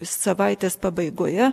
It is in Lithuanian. savaitės pabaigoje